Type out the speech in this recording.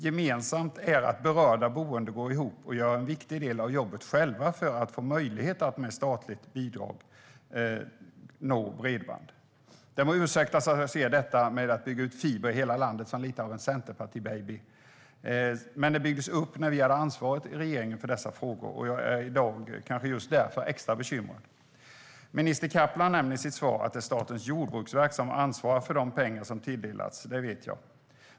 Gemensamt är att berörda boende går ihop och gör en viktig del av jobbet själva för att, med hjälp av statligt bidrag, få bredband. Det må ursäktas att jag ser detta med att bygga ut fiber i hela landet som lite av en centerpartibaby. Men detta byggdes upp när vi hade ansvaret i regeringen för dessa frågor, och jag är kanske just därför extra bekymrad. Minister Kaplan nämner i sitt svar att det är Statens jordbruksverk som ansvarar för de pengar som tilldelas, och det vet jag.